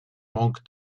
manque